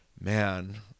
man